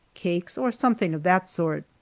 cakes, or something of that sort.